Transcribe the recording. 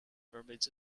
mermaids